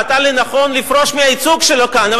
ראתה לנכון לפרוש מהייצוג שלו כאן.